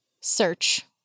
search